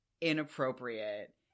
inappropriate